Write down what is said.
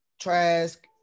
Trask